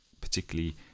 particularly